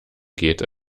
geht